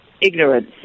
ignorance